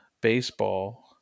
baseball